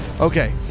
Okay